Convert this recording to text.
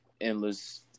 endless